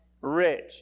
rich